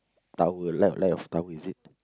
Tower L~ Love Tower is it